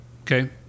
Okay